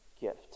gift